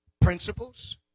principles